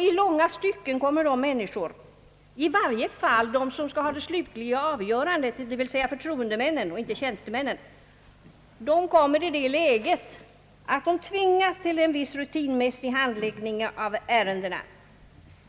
I långa stycken kommer då i varje fall de som skall ha det slutliga avgörandet — dvs. förtroendemännen, inte tjänstemännen — i det läget att de tvingas till en i viss mån rutinmässig handläggning av ärendena